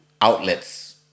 outlets